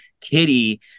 kitty